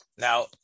Now